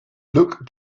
look